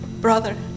brother